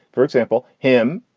for example, him,